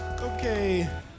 Okay